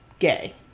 gay